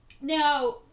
Now